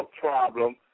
problem